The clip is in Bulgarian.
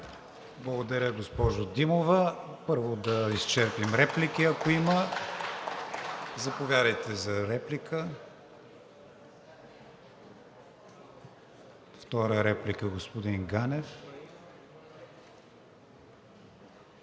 Благодаря, госпожо Димова. Първо да изчерпим реплики, ако има. Заповядайте за реплика, втора реплика – господин Ганев.